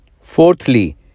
Fourthly